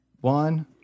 one